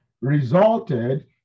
resulted